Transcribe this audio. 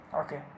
Okay